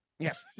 Yes